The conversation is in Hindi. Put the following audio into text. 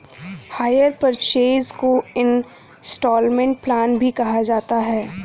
हायर परचेस को इन्सटॉलमेंट प्लान भी कहा जाता है